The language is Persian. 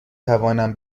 توانم